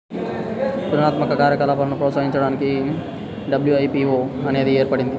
సృజనాత్మక కార్యకలాపాలను ప్రోత్సహించడానికి డబ్ల్యూ.ఐ.పీ.వో అనేది ఏర్పడింది